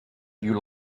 you